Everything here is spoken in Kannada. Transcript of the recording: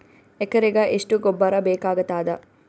ಎಕರೆಗ ಎಷ್ಟು ಗೊಬ್ಬರ ಬೇಕಾಗತಾದ?